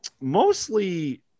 Mostly